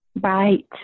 Right